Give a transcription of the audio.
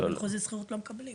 בלי חוזה שכירות, לא מקבלים.